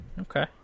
Okay